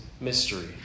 mystery